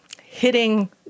hitting